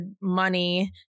money